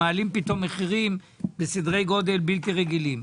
מעלים פתאום מחירים בסדרי גודל בלתי רגילים.